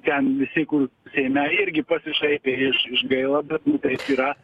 ten visi kur seime irgi pasišaipė iš iš gaila bet nu taip yra